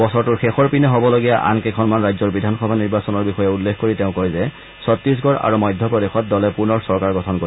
বছৰটোৰ শেষৰ পিনে অনুষ্ঠিত হবলগীয়া আন কেইখনমান ৰাজ্যৰ বিধানসভা নিৰ্বাচনৰ বিষয়ে উল্লেখ কৰি তেওঁ কয় যে ছত্তিশগড় আৰু মধ্যপ্ৰদেশত দলে পুনৰ চৰকাৰ গঠন কৰিব